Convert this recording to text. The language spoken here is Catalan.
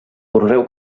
conreu